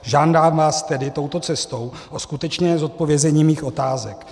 Žádám vás tedy touto cestou o skutečné zodpovězení mých otázek.